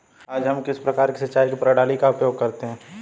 आज हम किस प्रकार की सिंचाई प्रणाली का उपयोग करते हैं?